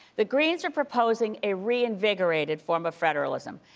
the greens are proposing a re-invigorated form of federalism.